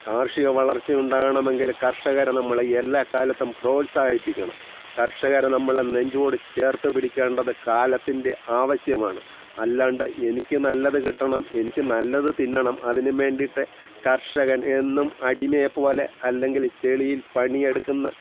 കാർഷിക വളർച്ച ഉണ്ടാകണമെങ്കിൽ കർഷകരെ നമ്മൾ എല്ലാ കാലത്തും പ്രോത്സാഹിപ്പിക്കണം കർഷകരെ നമ്മൾ നെഞ്ചോട് ചേർത്ത് പിടിക്കേണ്ടത് കാലത്തിൻ്റെ ആവശ്യമാണ് അല്ലാണ്ട് എനിക്ക് നല്ലത് കിട്ടണം എനിക്ക് നല്ലത് തിന്നണം അതിനും വേണ്ടിയിട്ട് കർഷകൻ എന്നും അടിമയെ പോലെ അല്ലെങ്കിൽ ചെളിയിൽ പണിയെടുക്കുന്ന